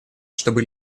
чтобы